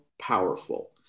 powerful